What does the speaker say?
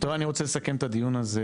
טוב, אני רוצה לסכם את הדיון הזה,